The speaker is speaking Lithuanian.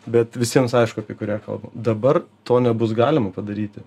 bet visiems aišku apie kurią kalbu dabar to nebus galima padaryti